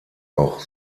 auch